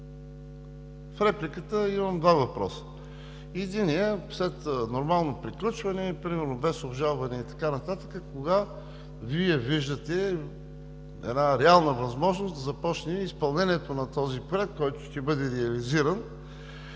В репликата имам два въпроса. Единият – след нормално приключване, примерно без обжалване и така нататък, кога Вие виждате реалната възможност да започне изпълнението на този проект, който ще бъде реализиран?